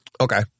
Okay